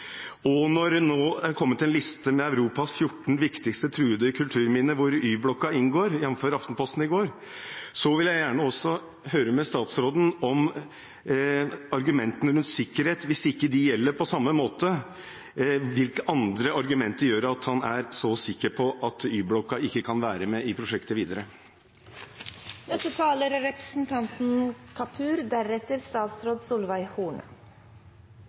og de står veldig godt til hverandre. Nå har det kommet en liste over 14 av Europas viktigste truede kulturminner, hvor Y-blokka inngår, jf. Aftenposten i går. Da vil jeg gjerne høre med statsråden om argumentene om sikkerhet. Hvis ikke de gjelder på samme måte, hvilke andre argumenter gjør at han er så sikker på at Y-blokka ikke kan være med i prosjektet videre? Først til representanten Andersen, som i sin replikk til statsråd